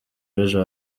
b’ejo